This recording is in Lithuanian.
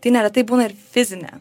tai neretai būna ir fizinė